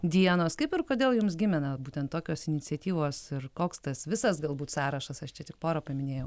dienos kaip ir kodėl jums gimė na būtent tokios iniciatyvos ir koks tas visas gal būt sąrašas aš čia tik porą paminėjau